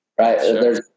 Right